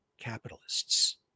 capitalists